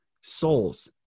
souls